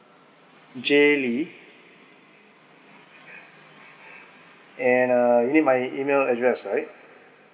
jaylee and uh you need my email address right